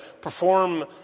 perform